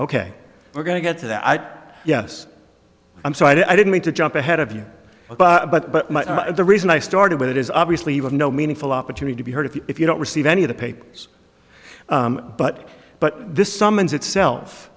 ok we're going to get to that yes i'm so i didn't mean to jump ahead of you but the reason i started with it is obviously you have no meaningful opportunity to be heard if you if you don't receive any of the papers but but this summons itself